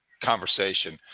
conversation